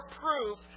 proof